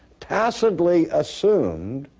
tacitly assumed